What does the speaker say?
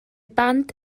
band